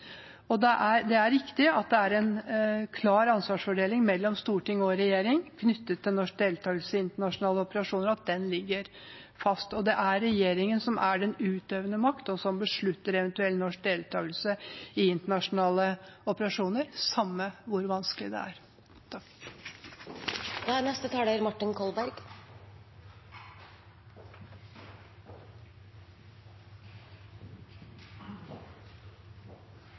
Det er konklusjonene. Det er riktig at det er en klar ansvarsfordeling mellom storting og regjering knyttet til norsk deltakelse i internasjonale operasjoner, og at den ligger fast. Det er regjeringen som er den utøvende makt, og som beslutter en eventuell norsk deltakelse i internasjonale operasjoner, samme hvor vanskelig det er.